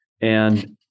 And-